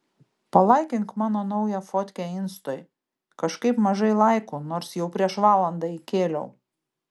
palaikink mano naują fotkę instoj kažkaip mažai laikų nors jau prieš valandą įkėliau